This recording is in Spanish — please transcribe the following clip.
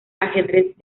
ajedrez